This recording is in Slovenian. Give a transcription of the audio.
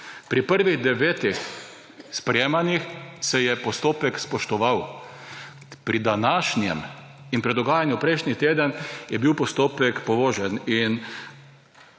Pri prvih 9 sprejemanjih se je postopek spoštoval. Pri današnjem in pri dogajanju prejšnji teden je bil postopek povožen. In